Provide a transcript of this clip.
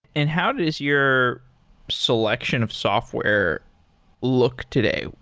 and how does your selection of software look today?